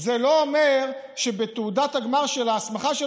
אבל זה שמאפשרים ללמוד במכללות לא אומר שבתעודת הגמר של ההסמכה של